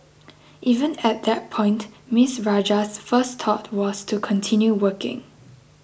even at that point Ms Rajah's first thought was to continue working